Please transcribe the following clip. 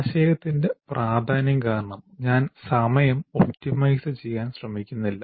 ആശയത്തിന്റെ പ്രാധാന്യം കാരണം ഞാൻ സമയം ഒപ്റ്റിമൈസ് ചെയ്യാൻ ശ്രമിക്കുന്നില്ല